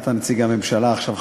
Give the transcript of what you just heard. אתה נציג הממשלה עכשיו,